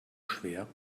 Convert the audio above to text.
schwer